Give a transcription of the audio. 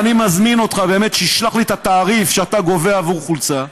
אני מזמין אותך שתשלח לי את התעריף שאתה גובה עבור חולצה.